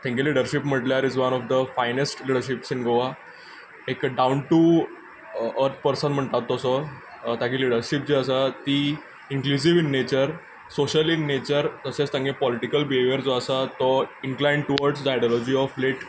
तेंगे लिडरशीप म्हणल्यार one of the finest leaderships in Goa एक डावन टू अर्त म्हणटा तसो तागे लिडरशीप जी आसा ती inclusive in nature social in nature तशेंच तेंगे पोलिटीकल बिहेवियर जो आसा तो incline towards the ideology of late